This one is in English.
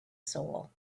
soul